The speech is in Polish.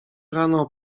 rano